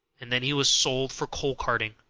and then he was sold for coal-carting